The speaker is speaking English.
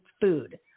food